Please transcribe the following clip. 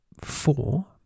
four